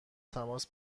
تماس